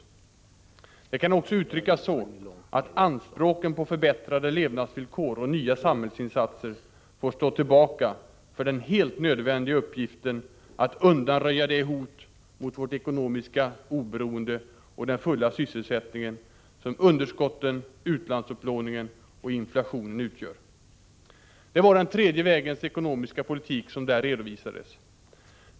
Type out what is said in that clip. Detta kan också uttryckas så, att anspråken på förbättrade levnadsvillkor och nya samhällsinsatser får stå tillbaka för den helt nödvändiga uppgiften att undanröja det hot mot vårt ekonomiska oberoende och den fulla sysselsättningen som underskotten, utlandsupplåningen och inflationen utgör. Det var den tredje vägens ekonomiska politik som redovisades i nämnda handlingsprogram.